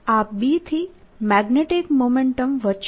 આ B થી magnetic momentum વધશે